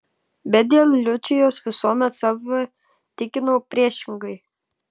bet dėl liučijos visuomet save tikinau priešingai